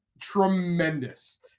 tremendous